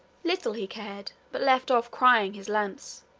little he cared, but left off crying his lamps,